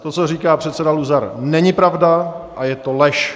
To, co říká předseda Luzar, není pravda a je to lež.